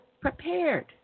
prepared